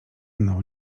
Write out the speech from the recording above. mną